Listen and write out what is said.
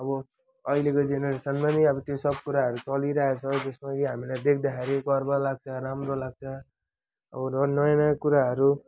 अब अहिलेको जेनेरेसनमा नि अब त्यो सब कुराहरू चलिरहेको छ जसमा कि हामीलाई देख्दाखेरि गर्व लाग्छ र राम्रो लाग्छ अब झन् नयाँ नयाँ कुराहरू